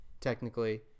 technically